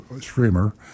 streamer